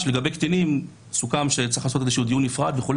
שלגבי קטינים סוכם שצריך לעשות דיון נפרד וכו',